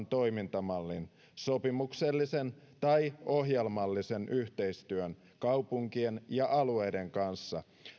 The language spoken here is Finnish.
toimintamallin sopimuksellisen tai ohjelmallisen yhteistyön kaupunkien ja alueiden kanssa